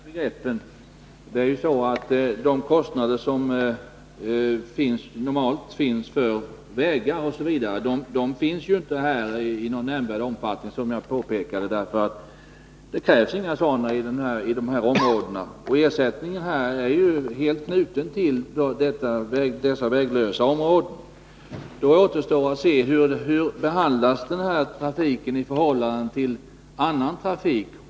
Herr talman! Man måste ju hålla isär begreppen. De kostnader som normalt finns för vägar osv. förekommer här inte i någon nämnvärd omfattning såsom jag tidigare påpekade. Det krävs inga sådana vägar i dessa områden. Ersättningen här är helt knuten till dessa väglösa områden. Då återstår att se hur den här trafiken behandlas i förhållande till annan trafik.